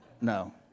no